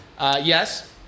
yes